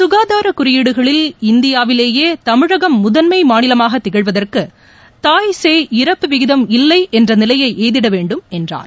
சுகாதார குறியீடுகளில் இந்தியாவிலேயே தமிழகம் முதன்மை மாநிலமாக திகழ்வதற்கு தாய் சேய் இறப்பு விகிதம் இல்லை என்ற நிலையை எய்திட வேண்டும் என்றார்